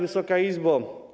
Wysoka Izbo!